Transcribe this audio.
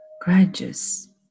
grudges